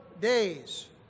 days